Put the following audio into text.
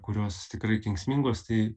kurios tikrai kenksmingos tai